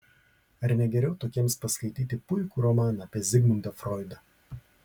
ar ne geriau tokiems paskaityti puikų romaną apie zigmundą froidą